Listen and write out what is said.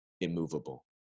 immovable